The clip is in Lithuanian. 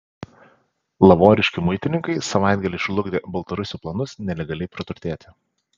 lavoriškių muitininkai savaitgalį žlugdė baltarusių planus nelegaliai praturtėti